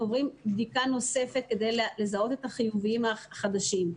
עוברים בדיקה נוספת כדי לזהות את החיוביים החדשים.